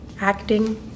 Acting